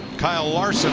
kyle larsen